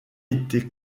été